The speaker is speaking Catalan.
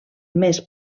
més